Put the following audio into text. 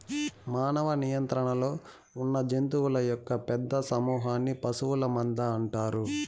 మానవ నియంత్రణలో ఉన్నజంతువుల యొక్క పెద్ద సమూహన్ని పశువుల మంద అంటారు